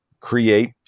create